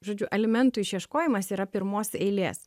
žodžiu alimentų išieškojimas yra pirmos eilės